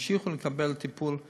להמשיך לקבל טיפול במחלקה.